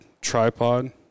tripod